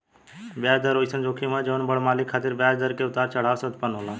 ब्याज दर ओइसन जोखिम ह जवन बड़ मालिक खातिर ब्याज दर के उतार चढ़ाव से उत्पन्न होला